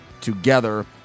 together